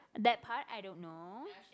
that part I don't know